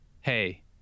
hey